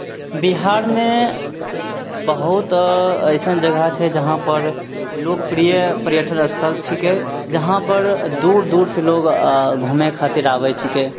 बिहारमे बहुत एसन जगह छै जहाँपर लोकप्रिय पर्यटक स्थल छीकै जहाँपर दूर दूर सँ लोग घूमय खातिर आबय छीकै